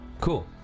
Cool